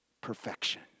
Perfection